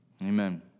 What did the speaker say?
Amen